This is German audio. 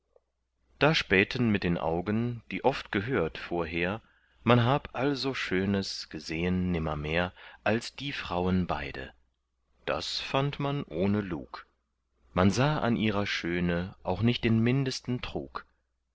da spähten mit den augen die oft gehört vorher man hab also schönes gesehen nimmermehr als die frauen beide das fand man ohne lug man sah an ihrer schöne auch nicht den mindesten trug